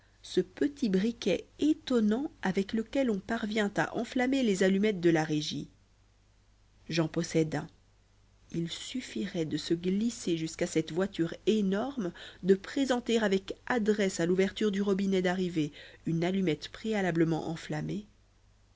ce petit briquet étonnant avec lequel on parvient à enflammer les allumettes de la régie j'en possède un il suffirait de se glisser jusqu'à cette voiture énorme de présenter avec adresse à l'ouverture du robinet d'arrivée une allumette préalablement enflammée